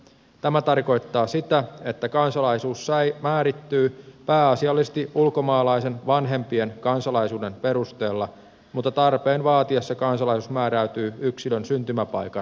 tämä tarkoittaa sitä että kansalaisuus määrittyy pääasiallisesti ulkomaalaisen vanhempien kansalaisuuden perusteella mutta tarpeen vaatiessa kansalaisuus määräytyy yksilön syntymäpaikan mukaan